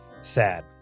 Sad